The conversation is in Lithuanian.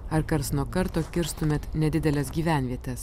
ar karts nuo karto kirstumėt nedideles gyvenvietes